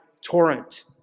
torrent